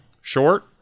short